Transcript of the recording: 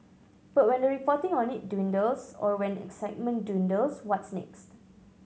but when the reporting on it dwindles or when excitement dwindles what's next